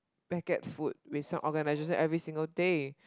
packet food with some organisation every single day